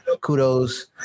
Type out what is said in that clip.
kudos